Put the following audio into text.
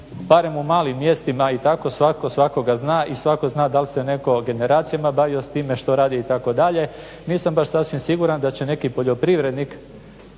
barem u malim mjestima i tako svatko svakoga zna i svatko zna da li se netko generacijama bavio s time, što radi itd. Nisam baš sasvim siguran da će neki poljoprivrednik